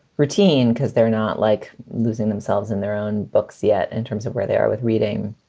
routine because they're not like losing themselves in their own books yet in terms of where they are with reading,